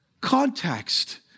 context